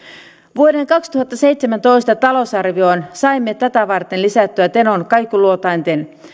vuoden kaksituhattaseitsemäntoista talousarvioon saimme tätä varten lisättyä tenon kaikuluotainten